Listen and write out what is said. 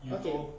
okay